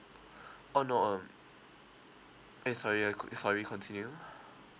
oh no um eh sorry ah could sorry continue